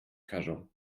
każą